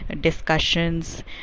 discussions